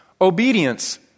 obedience